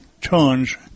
tons